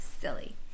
Silly